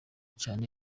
cane